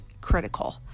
critical